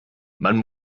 man